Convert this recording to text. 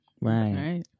right